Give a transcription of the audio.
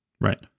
Right